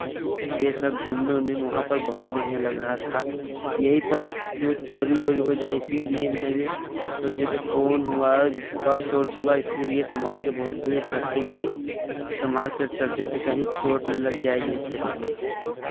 यह सब घूमने उन्ने में वहाँ पर बहुत बढ़िया लग रहा था यही पर जो चोरी वोरी हो जाए इसीलिए मैंने औ जैसे फोन हुआ पर्स वर्स हुआ इसीलिए सम्हाल कर बहुत भीड़ भड़क्के में सम्हाल कर चलते थे कहीं चोट न लग जाए यह सब हुआ